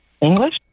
English